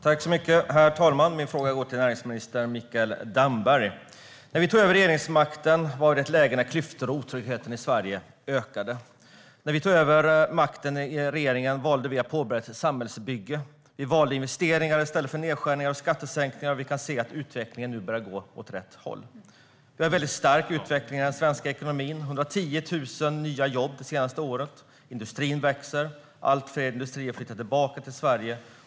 Herr talman! Min fråga går till näringsminister Mikael Damberg. Vi tog över regeringsmakten i ett läge då klyftorna och otryggheten i Sverige ökade. När vi tog över regeringsmakten valde vi att påbörja ett samhällsbygge. Vi valde investeringar i stället för nedskärningar och skattesänkningar. Nu kan vi se att utvecklingen börjar gå åt rätt håll. Vi har en mycket stark utveckling i den svenska ekonomin med 110 000 nya jobb det senaste året. Industrin växer, och allt fler industrier flyttar tillbaka till Sverige.